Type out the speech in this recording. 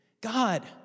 God